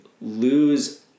lose